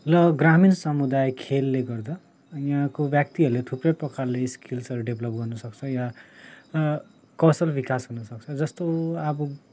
र ग्रामीण समुदाय खेलले गर्दा यहाँको व्यक्तिहरूले थुप्रै प्रकारले स्किल्सहरू डेभलप गर्नु सक्छ या कौशल विकास हुनसक्छ जस्तो अब